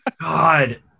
god